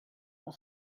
the